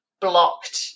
blocked